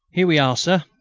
here we are, sir.